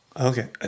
Okay